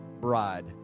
bride